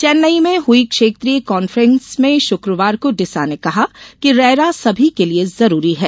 चेन्नई में हुई क्षेत्रीय कांफ्रेस में शुक्रवार को डिसा ने कहा कि रेरा सभी के लिये जरूरी है